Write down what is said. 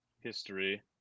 history